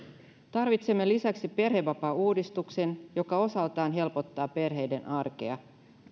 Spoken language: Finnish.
tarvitsemme lisäksi perhevapaauudistuksen joka osaltaan helpottaa perheiden arkea